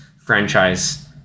franchise